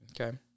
okay